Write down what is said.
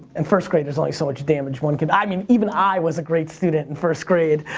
in first grade there's only so much damage one can, i mean, even i was a great student in first grade.